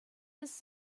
his